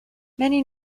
many